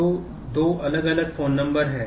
तो दो अलग अलग फोन नंबर हैं